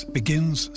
begins